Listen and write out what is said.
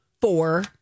Four